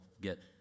get